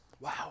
Wow